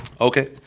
Okay